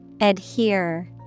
Adhere